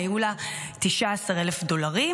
היו לה 19,000 דולרים,